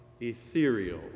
ethereal